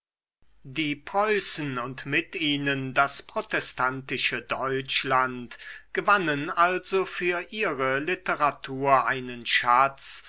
die preußen und mit ihnen das protestantische deutschland gewannen also für ihre literatur einen schatz